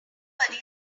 threw